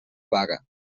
vaga